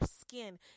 skin